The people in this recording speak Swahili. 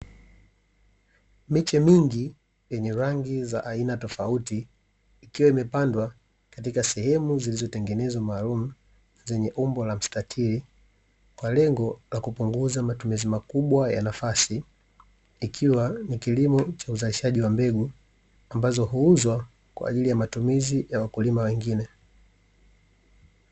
Miche mingi yenye rangi za aina tofauti, ikiwa imepandwa katika sehemu zilizotengenezwa maalumu zenye umbo la mstatili, kwa lengo la kupunguza matumizi makubwa ya nafasi, ikiwa ni kilimo cha uzalishaji wa mbegu, ambazo huuzwa kwa ajili ya matumizi ya wakulima wengine.